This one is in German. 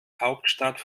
hauptstadt